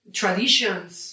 traditions